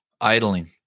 Idling